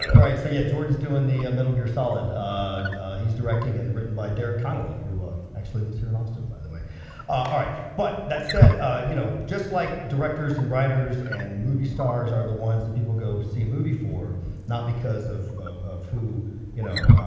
ah right so yeah george is doing the metal gear solid he's directing and written by derek connolly who actually lives here in austin by the way all ah right but that said ah you know just like directors and writers and movie stars are the ones that people go see a movie for not because of of who you know?